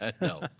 No